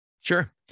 Sure